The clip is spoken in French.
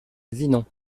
vinon